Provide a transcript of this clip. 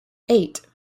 eight